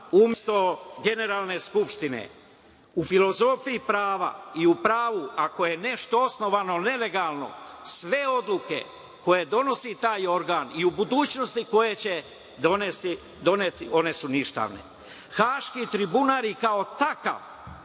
umesto Generalne skupštine. U filozofiji prava i u pravu, ako je nešto osnovano nelegalno, sve odluke koje donosi taj organ, i u budućnosti koje će doneti, one su ništavne. Haški tribunal i kao takav